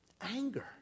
anger